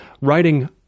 writing